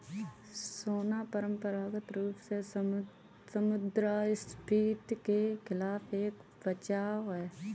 सोना परंपरागत रूप से मुद्रास्फीति के खिलाफ एक बचाव है